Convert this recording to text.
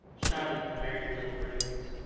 shouted the merry little breeze.